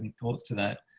any thoughts to that?